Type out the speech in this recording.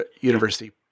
university